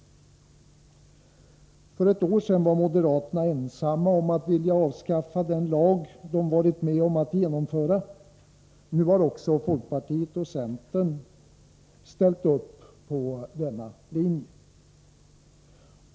För ett år sedan var moderaterna ensamma om att vilja avskaffa den lag de varit med om att genomföra. Nu har också folkpartiet och centern ställt upp på denna linje.